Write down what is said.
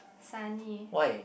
sunny